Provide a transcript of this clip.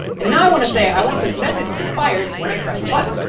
and now i want to say i want this method to be fired when i press the button,